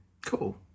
Cool